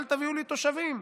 אל תביאו לי תושבים,